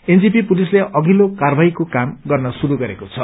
NJP पुलिसले अघिल्लो कार्यवाहीको काम गर्न श्रुरू गरेको छ